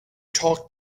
talk